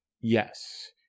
Yes